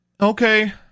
Okay